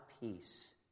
peace